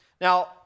Now